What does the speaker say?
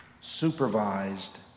supervised